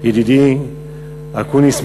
ידידי אקוניס,